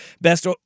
Best